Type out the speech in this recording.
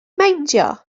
meindio